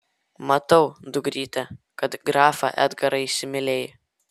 matau dukryte kad grafą edgarą įsimylėjai